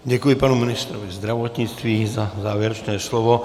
Děkuji panu ministrovi zdravotnictví za závěrečné slovo.